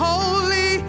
Holy